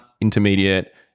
intermediate